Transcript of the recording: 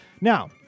Now